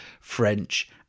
French